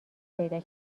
پیدا